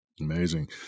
Amazing